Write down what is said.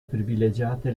privilegiate